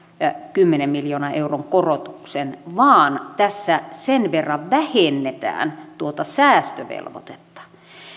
kymmenen miljoonan euron korotuksen vaan tässä sen verran vähennetään tuota säästövelvoitetta